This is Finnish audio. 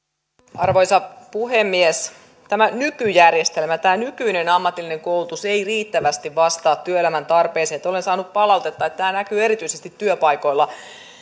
arvoisa puhemies tämä nykyjärjestelmä tämä nykyinen ammatillinen koulutus ei riittävästi vastaa työelämän tarpeeseen olen saanut palautetta että tämä näkyy erityisesti työpaikoilla